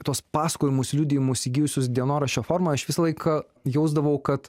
tuos pasakojimus liudijimus įgijusius dienoraščio forma aš visą laiką jausdavau kad